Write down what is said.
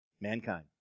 mankind